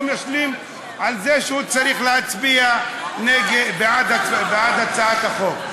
משלים עם זה שהוא צריך להצביע בעד הצעת החוק.